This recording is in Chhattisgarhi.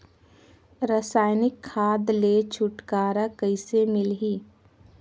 रसायनिक खाद ले छुटकारा कइसे मिलही?